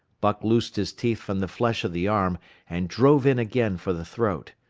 buck loosed his teeth from the flesh of the arm and drove in again for the throat.